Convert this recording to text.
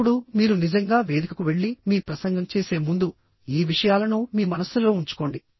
ఇప్పుడు మీరు నిజంగా వేదికకు వెళ్లి మీ ప్రసంగం చేసే ముందు ఈ విషయాలను మీ మనస్సులో ఉంచుకోండి